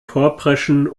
vorpreschen